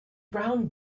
brown